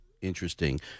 Interesting